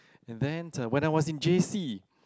and then when I was in J_C